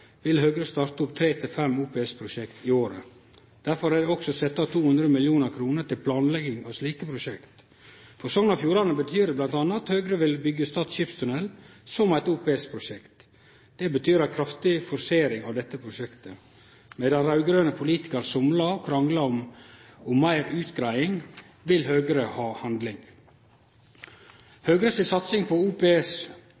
vil Høgre starte opp tre–fem OPS-prosjekt i året. Derfor er det også sett av 200 mill. kr til planlegging av slike prosjekt. For Sogn og Fjordane betyr det m.a. at Høgre vil byggje Stad skipstunnel som eit OPS-prosjekt, og det betyr ei kraftig forsering av dette prosjektet. Medan raud-grøne politikarar somlar og kranglar om meir utgreiing, vil Høgre ha